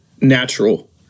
natural